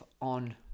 on